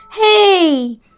Hey